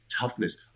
toughness